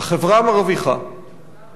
העובדים לא מרוויחים כשהעסק מרוויח.